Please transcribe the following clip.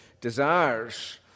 desires